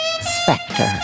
specter